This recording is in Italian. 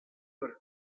per